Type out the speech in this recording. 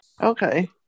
Okay